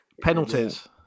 Penalties